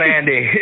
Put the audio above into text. Andy